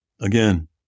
again